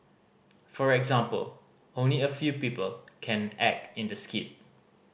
for example only a few people can act in the skit